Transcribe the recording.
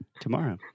tomorrow